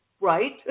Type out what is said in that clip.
right